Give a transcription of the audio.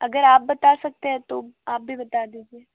अगर आप बता सकते हैं तो आप भी बता दीजिए